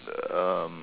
um